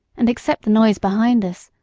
and except the noise behind us,